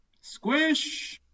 Squish